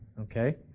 Okay